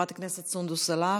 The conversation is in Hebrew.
חברת הכנסת סונדוס סאלח,